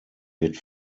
wird